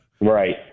Right